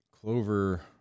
Clover